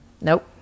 nope